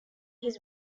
his